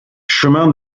chemin